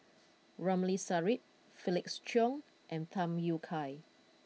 Ramli Sarip Felix Cheong and Tham Yui Kai